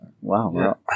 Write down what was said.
Wow